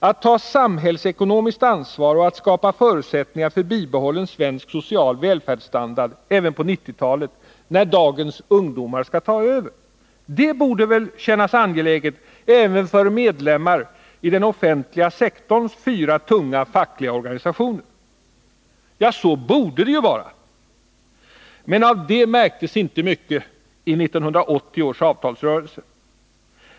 Att ta samhällsekonomiskt ansvar och att skapa förutsättningar för bibehållen svensk social välfärdsstandard även på 1990-talet — när dagens ungdomar tar över — borde väl kännas angeläget även för medlemmarna i den offentliga sektorns fyra tunga, fackliga organisationer. Ja, så borde det vara. Men av det märktes inte mycket i 1980 års avtalsrörelse.